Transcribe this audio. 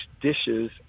dishes